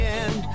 end